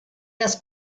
das